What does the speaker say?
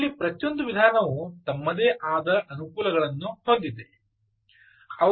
ಇಲ್ಲಿ ಪ್ರತಿಯೊಂದು ವಿಧಾನವು ತಮ್ಮದೇ ಆದ ಅನುಕೂಲಗಳನ್ನು ಹೊಂದಿವೆ